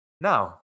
now